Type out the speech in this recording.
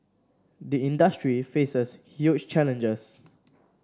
the industry faces huge challenges